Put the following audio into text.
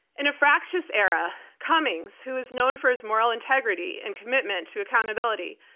in a fractious era, cummings, who is known for his moral integrity and commitment to accountability,